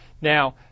Now